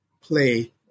play